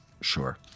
Sure